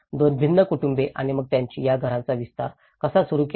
दोन भिन्न कुटुंबे आणि मग त्यांनी या घरांचा विस्तार कसा सुरू केला